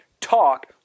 talk